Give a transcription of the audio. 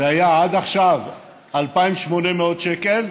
שהיה עד עכשיו 2,800 שקל,